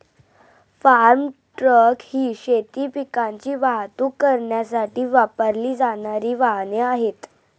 form truck ही शेती पिकांची वाहतूक करण्यासाठी वापरली जाणारी वाहने आहेत